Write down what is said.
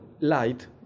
light